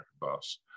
bus